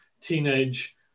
teenage